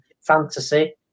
fantasy